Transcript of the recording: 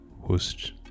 host